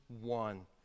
one